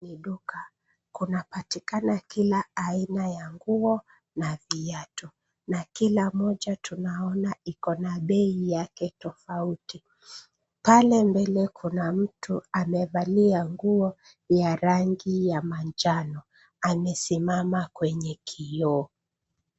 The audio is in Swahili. Ni duka. Kunapatikana kila aina ya nguo na viatu, na kila moja tunaona iko na bei yake tofauti. Pale mbele kuna mtu amevalia nguo ya rangi ya manjano. Amesimama kwenye kioo.